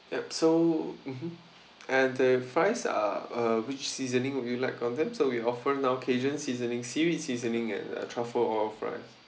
yup so mmhmm and the fries are uh which seasoning would you like on them so we offer now cajun seasoning seaweed seasoning and uh truffle oil fries